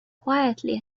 quietly